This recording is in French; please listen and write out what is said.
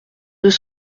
deux